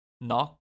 Knock